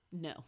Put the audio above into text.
No